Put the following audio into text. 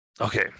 okay